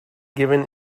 given